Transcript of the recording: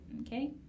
Okay